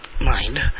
mind